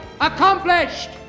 accomplished